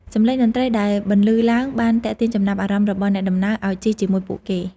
សំឡេងតន្រ្តីដែលបន្លឺឡើងបានទាក់ទាញចំណាប់អារម្មណ៍របស់អ្នកដំណើរឱ្យជិះជាមួយពួកគេ។